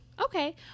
Okay